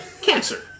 Cancer